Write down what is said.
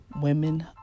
women